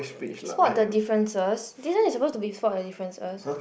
spot the differences this one is supposed to be spot the differences